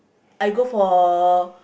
I go for